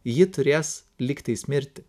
ji turės lygtais mirti